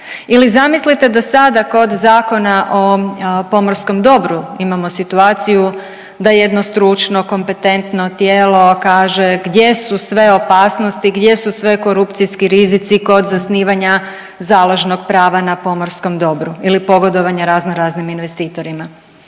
Ili zamislite da sada kod Zakona o pomorskom dobru imamo situaciju da jedno stručno kompetentno tijelo kaže gdje su sve opasnosti, gdje su sve korupcijski rizici kod zasnivanja založnog prava na pomorskom dobru ili pogodovanja razno raznim investitorima.